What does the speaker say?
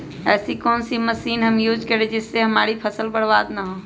ऐसी कौन सी मशीन हम यूज करें जिससे हमारी फसल बर्बाद ना हो?